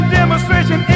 demonstration